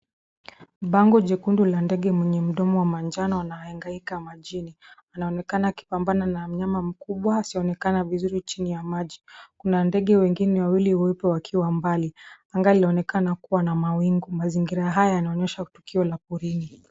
Bango jekundu la ndege mwenye mdomo wa manjano anahangaika majini. Anaonekana akipambana na mnyama mkubwa asionekane vizuri chini ya maji. Kuna ndege wengine wawili weupe wakiwa mbali. Anga lionekana kuwa na mawingu. Mazingira haya yanaonyesha tukio la porini.